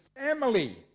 family